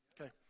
Okay